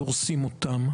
דורסים אותם,